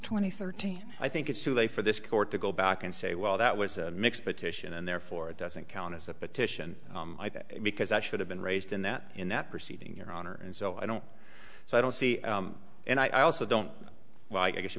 twenty thirteen i think it's too late for this court to go back and say well that was a mixed petition and therefore it doesn't count as a petition because i should have been raised in that in that proceeding your honor and so i don't so i don't see and i also don't well i guess